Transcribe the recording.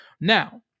Now